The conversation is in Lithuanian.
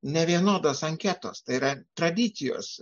nevienodos anketos tai yra tradicijos